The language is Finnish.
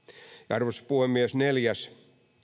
arvoisa puhemies neljäs